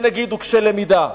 שנגיד הוא קשה-למידה,